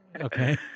Okay